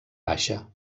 baixa